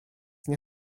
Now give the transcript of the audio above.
nie